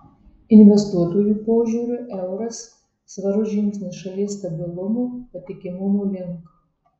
investuotojų požiūriu euras svarus žingsnis šalies stabilumo patikimumo link